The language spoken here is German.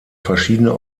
verschiedene